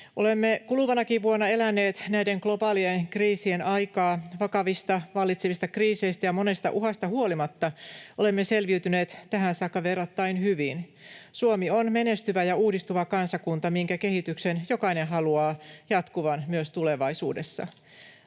Olemme kuluvanakin vuonna eläneet näiden globaalien kriisien aikaa. Vakavista vallitsevista kriiseistä ja monesta uhasta huolimatta olemme selviytyneet tähän saakka verrattain hyvin. Suomi on menestyvä ja uudistuva kansakunta, minkä kehityksen jokainen haluaa jatkuvan myös tulevaisuudessa.